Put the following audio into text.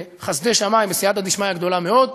בחסדי שמים, בסייעתא דשמיא גדולה מאוד.